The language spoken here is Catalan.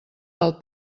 del